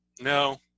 No